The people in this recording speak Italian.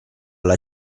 alla